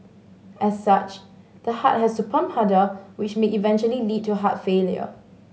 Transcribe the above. as such the heart has to pump harder which may eventually lead to heart failure